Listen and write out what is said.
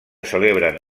celebren